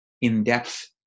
in-depth